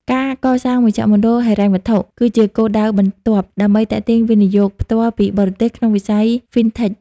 ការកសាង "មជ្ឈមណ្ឌលហិរញ្ញវត្ថុ" គឺជាគោលដៅបន្ទាប់ដើម្បីទាក់ទាញ វិនិយោគផ្ទាល់ពីបរទេស ក្នុងវិស័យ FinTech។